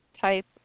type